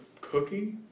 cookie